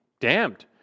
damned